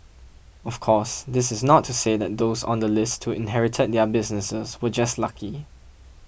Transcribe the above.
of course this is not to say that those on the list who inherited their businesses were just lucky